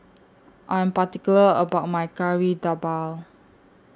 I Am particular about My Kari Debal